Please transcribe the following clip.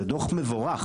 זה דו"ח מבורך.